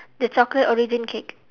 the chocolate origin cake